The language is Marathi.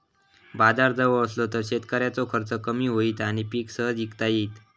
बाजार जवळ असलो तर शेतकऱ्याचो खर्च कमी होईत आणि पीक सहज इकता येईत